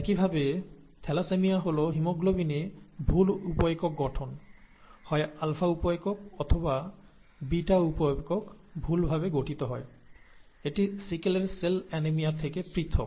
একইভাবে থ্যালাসেমিয়া হল হিমোগ্লোবিনে ত্রুটিপূর্ণ সাব ইউনিট গঠন হয় আলফা সাব ইউনিট অথবা বিটা সাব ইউনিট ত্রুটিপূর্ণ ভাবে গঠিত এটি সিকেলের সেল অ্যানিমিয়া থেকে পৃথক